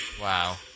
Wow